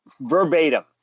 verbatim